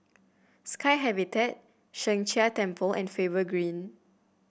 Sky Habitat Sheng Jia Temple and Faber Green